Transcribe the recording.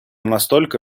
настолько